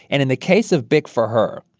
and in the case of bic for her,